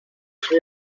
soy